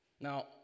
Now